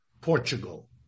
Portugal